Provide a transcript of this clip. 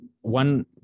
one